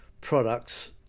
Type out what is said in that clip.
products